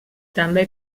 també